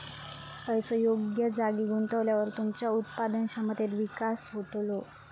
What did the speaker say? पैसो योग्य जागी गुंतवल्यावर तुमच्या उत्पादन क्षमतेत विकास होतलो